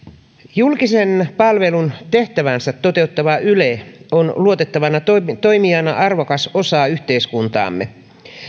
julkisen palvelun tehtäväänsä toteuttava yle on luotettavana toimijana toimijana arvokas osa yhteiskuntaamme